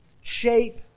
shape